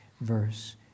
verse